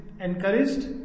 encouraged